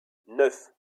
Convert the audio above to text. neuf